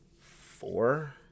four